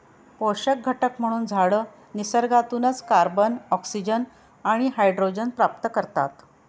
पोषक घटक म्हणून झाडं निसर्गातूनच कार्बन, ऑक्सिजन आणि हायड्रोजन प्राप्त करतात